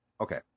Okay